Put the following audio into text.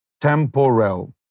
Temporal